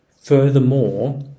Furthermore